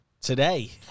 Today